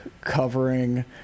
covering